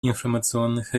информационных